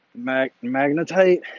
magnetite